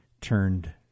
turned